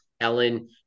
Ellen